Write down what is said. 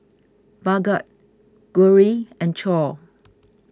Bhagat Gauri and Choor